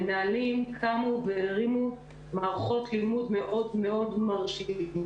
פה מנהלים בפורום שעכשיו נמצאים איתנו בפגישה